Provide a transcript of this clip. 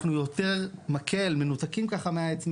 אנחנו יותר מנותקים ככה מהעץ,